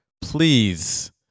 please